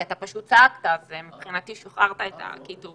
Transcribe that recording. כי אתה פשוט צעקת אז מבחינתי שחררת את הקיטור.